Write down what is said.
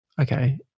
Okay